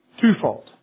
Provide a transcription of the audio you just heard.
twofold